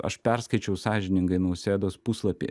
aš perskaičiau sąžiningai nausėdos puslapį